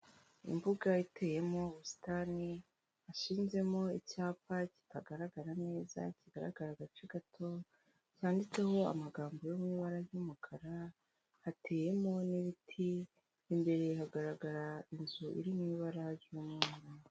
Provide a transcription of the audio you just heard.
Imbuga iteyemo ubusitani hashizemo icyapa kitagaragara neza kigaragara agace gato, cyanditseho amagambo y'ubara ry'umukara hateyemo n'ibiti, imbere hagaragara inzu iri mu ibara ry'umweru.